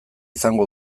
izango